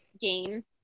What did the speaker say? game